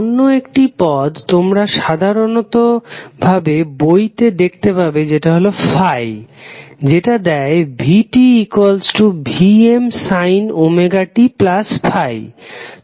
অন্য একটি পদ তোমরা সাধারাণ ভাবে বইতে দেখেত পাবে যেটা হলো ∅ যেটা দেয় vtVmωt∅